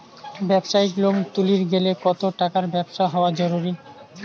ব্যবসায়িক লোন তুলির গেলে কতো টাকার ব্যবসা হওয়া জরুরি?